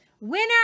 Winner